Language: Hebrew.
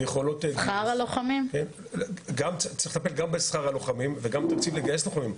צריך לטפל גם בשכר הלוחמים וגם בתקציב לגייס לוחמים.